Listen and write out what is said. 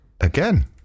Again